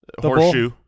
horseshoe